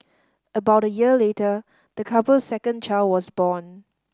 about a year later the couple's second child was born